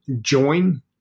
join